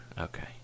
Okay